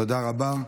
תודה רבה.